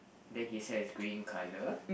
then his hair is green colour